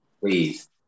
please